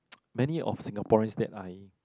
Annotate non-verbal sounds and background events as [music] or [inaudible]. [noise] many of Singaporeans that I